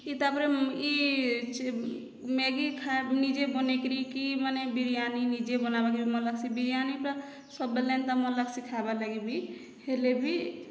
ଇ ତାପରେ ଇ ମ୍ୟାଗି ଖା ନିଜେ ବନାଇକିରି କି ମାନେ ବିରିୟାନୀ ନିଜେ ବନବାର ମନ୍ ଲାଗସି ବିରିୟାନୀ ପୁରା ସବୁବେଲେଏନ୍ତା ମନ ଲାଗସି ଖାଇବାର ଲାଗି ବି ହେଲେବି